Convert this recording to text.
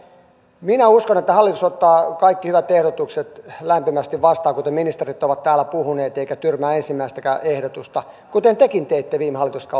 minä uskon että hallitus ottaa kaikki hyvät ehdotukset lämpimästi vastaan kuten ministerit ovat täällä puhuneet eikä tyrmää ensimmäistäkään ehdotusta kuten tekin teitte viime hallituskautena